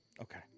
Okay